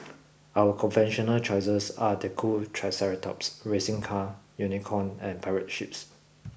other conventional choices are the cool triceratops racing car unicorn and pirate ships